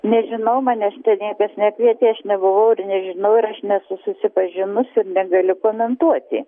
nežinau manęs šito niekas nekvietė aš nebuvau ir nežinau ir aš nesu susipažinus ir negaliu komentuoti